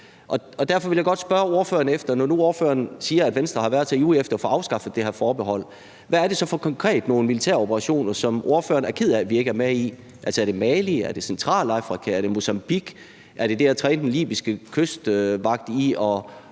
Derfor vil jeg godt spørge ordføreren, når nu ordføreren siger, at Venstre har været så ivrig efter at få afskaffet det her forbehold, hvad det så konkret er for nogle militære operationer, som ordføreren er ked af vi ikke er med i. Er det Mali, er det Centralafrika, er det Mozambique, eller er det det at træne den libyske kystvagt i